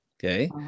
Okay